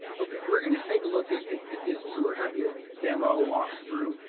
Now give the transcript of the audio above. okay, we're going to take a look at this tour, have you demo, walk through,